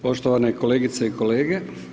Poštovane kolegice i kolege.